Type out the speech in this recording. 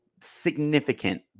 significant